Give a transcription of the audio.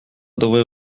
devrait